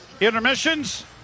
intermissions